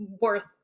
worth